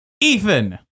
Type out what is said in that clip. Ethan